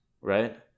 Right